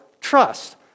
trust